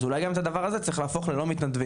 אז אולי גם את הדבר הזה צריך להפוך ללא מתנדבים,